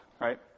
right